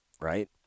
right